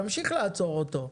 תמשיך לעצור אותו,